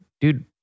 dude